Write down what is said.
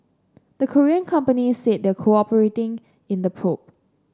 the Korean companies said they're cooperating in the probe